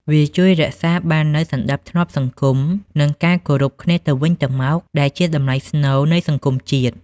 វាជួយរក្សាបាននូវសណ្តាប់ធ្នាប់សង្គម និងការគោរពគ្នាទៅវិញទៅមក ដែលជាតម្លៃស្នូលនៃសង្គមជាតិ។